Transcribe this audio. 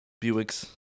Buick's